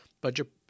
budget